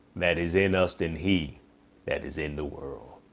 that is in us than he that is in the world.